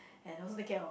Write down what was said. and also take care of my